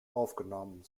aufgenommen